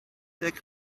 deg